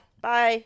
Bye